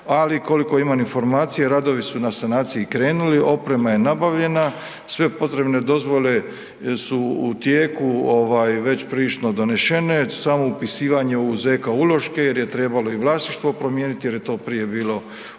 Ali, koliko imam informacije, radovi su na sanaciji krenuli, oprema je nabavljena, sve potrebne dozvole su u tijeku već prilično donesene, samo upisivanje u ZK uloške jer je trebalo i vlasništvo promijeniti jer je to prije bilo